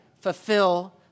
fulfill